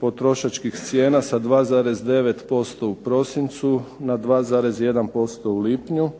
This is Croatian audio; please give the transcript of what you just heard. potrošačkih cijena sa 2,9% u prosincu na 2,1% u lipnju